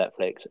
Netflix